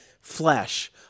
flesh